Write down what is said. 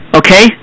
okay